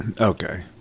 okay